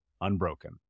unbroken